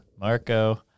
Marco